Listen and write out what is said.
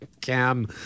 Cam